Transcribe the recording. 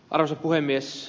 arvoisa puhemies